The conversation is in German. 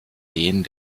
den